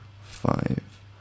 five